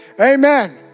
amen